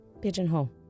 Pigeonhole